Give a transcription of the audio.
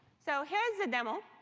so here is demo.